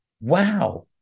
wow